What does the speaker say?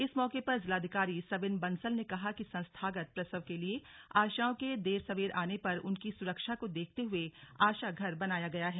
इस मौके पर जिलाधिकारी सविन बंसल ने कहा कि संस्थागत प्रसव के लिए आशाओं के देर सवेर आने पर उनकी सुरक्षा को देखते हुए आशा घर बनाया गया है